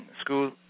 school